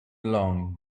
along